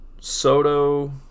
Soto